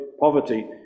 poverty